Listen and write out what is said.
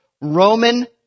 Roman